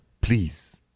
Please